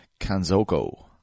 Kanzoko